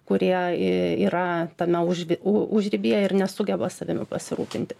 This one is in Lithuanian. kurie yra tame užriby užribyje ir nesugeba savimi pasirūpinti